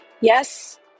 yes